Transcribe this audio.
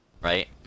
right